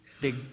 big